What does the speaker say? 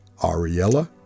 Ariella